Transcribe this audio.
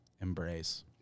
Embrace